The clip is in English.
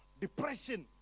Depression